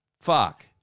fuck